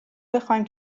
بخواهیم